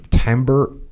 September